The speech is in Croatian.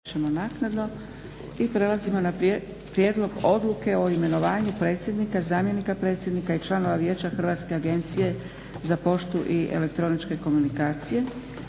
(SDP)** I prelazimo na: - Prijedlog odluke o imenovanju predsjednika, zamjenika predsjednika i članova Vijeća hrvatske agencije za poštu i elektroničke komunikacije